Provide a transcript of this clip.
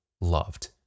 loved